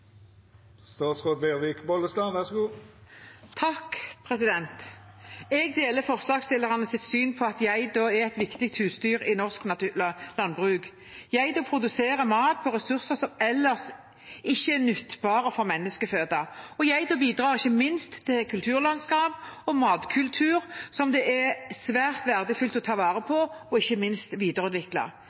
et viktig husdyr i norsk landbruk. Geita produserer mat på ressurser som ellers ikke er nyttbare til menneskeføde, og bidrar ikke minst til kulturlandskap og matkultur som det er svært verdifullt å ta vare på og ikke minst videreutvikle.